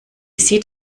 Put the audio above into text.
sieht